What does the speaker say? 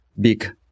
big